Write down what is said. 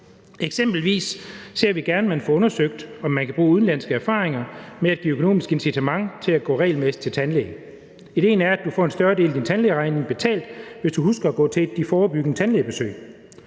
Eksempelvis ser vi gerne, at man får undersøgt, om man kan bruge udenlandske erfaringer med at give økonomisk incitament til at gå regelmæssigt til tandlæge. Idéen er, at du får en større del af din tandlægeregning betalt, hvis du husker at gå til de forebyggende tandlægebesøg.